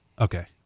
Okay